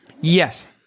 Yes